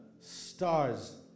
stars